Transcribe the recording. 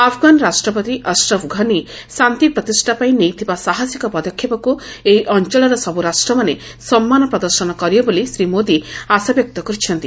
Afghan ରାଷ୍ଟ୍ରପତି ଅସ୍ରଫ୍ ଘନି ଶାନ୍ତି ପ୍ରତିଷ୍ଠା ପାଇଁ ନେଇଥିବା ସାହସିକ ପଦକ୍ଷେପକୁ ଏହି ଅଞ୍ଚଳର ସବୁ ରାଷ୍ଟ୍ରମାନେ ସମ୍ମାନ ପ୍ରଦର୍ଶନ କରିବେ ବୋଲି ଶ୍ରୀ ମୋଦି ଆଶାବ୍ୟକ୍ତ କରିଛନ୍ତି